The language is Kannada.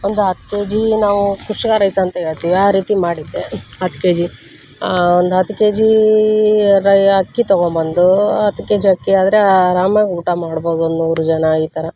ಒಂದು ಹತ್ತು ಕೆಜಿ ನಾವು ಕುಶ್ಕ ರೈಸ್ ಅಂತ ಹೇಳ್ತೀವಿ ಆ ರೀತಿ ಮಾಡಿದ್ದೆ ಹತ್ತು ಕೆಜಿ ಒಂದು ಹತ್ತು ಕೆಜಿ ರ ಅಕ್ಕಿ ತೊಗೊಬಂದು ಹತ್ತು ಕೆಜಿ ಅಕ್ಕಿ ಆದ್ರೆ ಆರಾಮಾಗಿ ಊಟ ಮಾಡ್ಬೋದು ಒಂದು ನೂರು ಜನ ಈ ಥರ